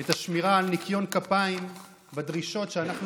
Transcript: את השמירה על ניקיון כפיים בדרישות שאנחנו